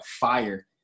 fire